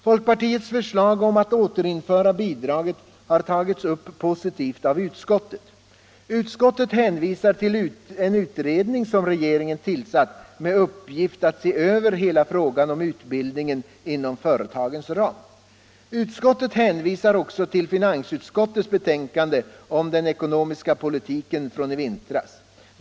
Folkpartiets förslag om att återinföra bidraget har tagits upp positivt av utskottet. Utskottet hänvisar till en utredning som regeringen tillsatt med uppgift att se över hela frågan om utbildning inom företagens ram. Utskottet hänvisar också till finansutskottets betänkande om den ekonomiska politiken från i vintras.